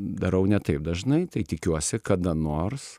darau ne taip dažnai tai tikiuosi kada nors